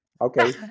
Okay